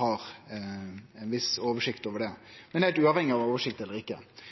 har ei viss oversikt over det.